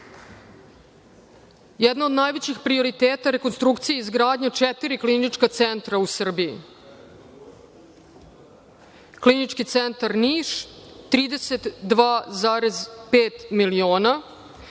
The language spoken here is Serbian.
Jedan od najvećih prioriteta je rekonstrukcija i izgradnja četiri klinička centra u Srbiji: Klinički centar Niš – 32,5 miliona,